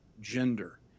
gender